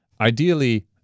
Ideally